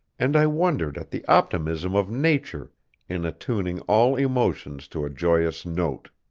and i wondered at the optimism of nature in attuning all emotions to a joyous note.